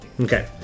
Okay